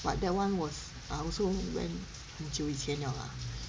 but that one was also uh when 很久以前了 lah